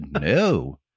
no